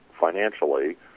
financially